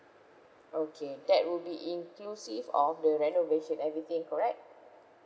okay that will be inclusive of the renovation everything correct